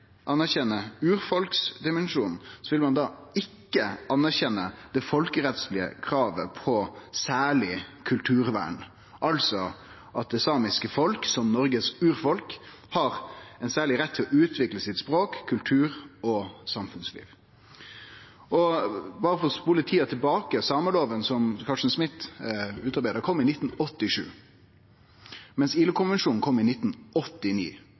vil ein ikkje anerkjenne det folkerettslege kravet på særleg kulturvern, altså at det samiske folk, som Noregs urfolk, har ein særleg rett til å utvikle sitt språk, sin kultur og sitt samfunnsliv. Om ein spolar tida tilbake, kom sameloven, som Carsten Smith utarbeidde, i 1987, mens ILO-konvensjonen kom i 1989.